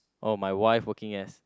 oh my wife working as